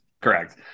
Correct